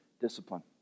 discipline